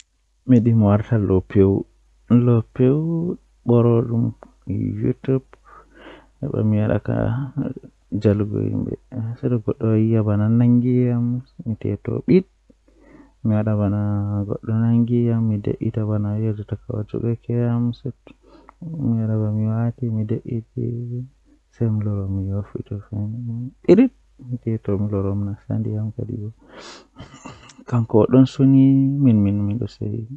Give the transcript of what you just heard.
Ɗokam ɗum Wala nafu ɓikkon tokka jangugo haa makaranta poemin waɗtude heɓugol ko moƴƴi e jango e keewɗi ngam inndiyanke. Ɓe waɗtude poemin heɓugol goɗɗum e neɗɗo ngam fotta koɓe ngalle e sabu ngaawde waɗtude ko moƴƴi e leƴƴi. Poemin suudu ɗum fof woni o wawɗi ɗum fowru ngal, kadi ɓe heɓugol tawtude ngam tawtugol neɗɗo, njilli laawol e safara.